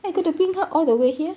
then I got to bring her all the way here